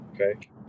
okay